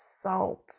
salt